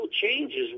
changes